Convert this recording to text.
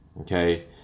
Okay